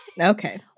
Okay